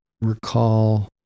recall